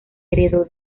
heredó